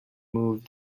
move